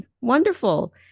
Wonderful